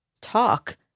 talk